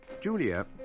Julia